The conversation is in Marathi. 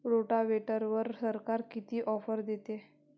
रोटावेटरवर सरकार किती ऑफर देतं?